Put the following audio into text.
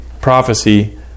prophecy